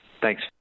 Thanks